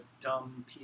dumb